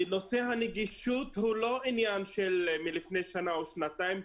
נושא הנגישות הוא לא עניין מלפני שנה או שנתיים.